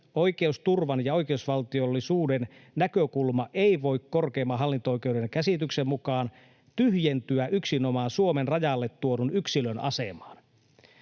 oikeusturvan ja oikeusvaltiollisuuden näkökulma ei voi korkeimman hallinto-oikeuden käsityksen mukaan tyhjentyä yksinomaan Suomen rajalle tuodun yksilön asemaan.”